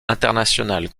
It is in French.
international